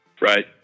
Right